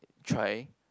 try